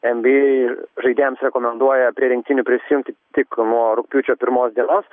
nba žaidėjams rekomenduoja prie rinktinių prisijungti tik nuo rugpjūčio pirmos dienos